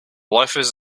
loafers